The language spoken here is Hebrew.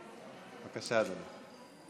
בבקשה, אדוני.